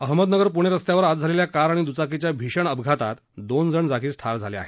अहमदनगर पुणे रस्त्यावर आज झालेल्या कार आणि दुचाकीच्या भीषण अपघातात दोन जण जागीच ठार झाले आहेत